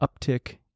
uptick